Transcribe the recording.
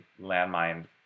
landmine